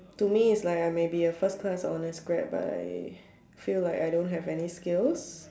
to me its like I may be a first class honours grad but I feel like I don't have any skills